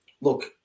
look